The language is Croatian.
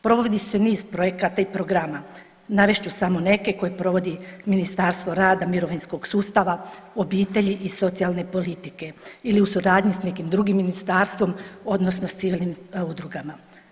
Provodi se niz projekata i programa, navest ću samo neke koje provodi Ministarstvo rada, mirovinskog sustava, obitelji i socijalne politike ili u suradnji s nekim drugim ministarstvom odnosno s civilnim udrugama.